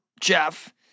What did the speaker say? Jeff